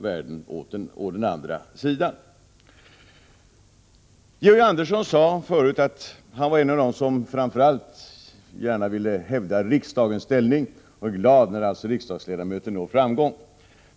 Georg Andersson sade förut att han är en av dem som framför allt vill hävda riksdagens ställning och att han är glad när riksdagsledamöter når framgång.